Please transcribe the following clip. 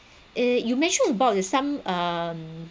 uh you mentioned about the some um